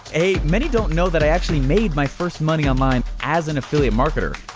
hey, many don't know that i actually made my first money online as an affiliate marketer.